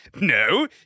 no